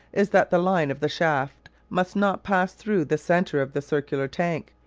is that the line of the shaft must not pass through the centre of the circular tank,